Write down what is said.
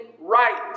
right